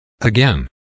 Again